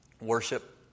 Worship